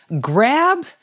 grab